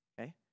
okay